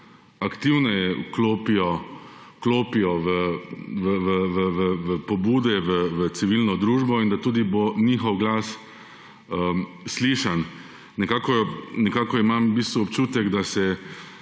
aktivneje vključijo v pobude, v civilno družbo, da bo tudi njihov glas slišan. Nekako imam občutek, da se